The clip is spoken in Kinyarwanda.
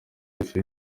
ifu